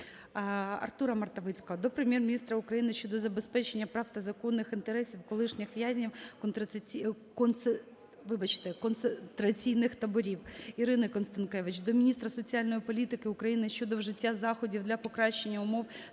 Артура Мартовицького до Прем'єр-міністра України щодо забезпечення прав та законних інтересів колишніх в'язнів …, вибачте, концентраційних таборів. Ірини Констанкевич до міністра соціальної політики України щодо вжиття заходів для покращення умов